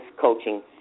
coaching